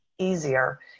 Easier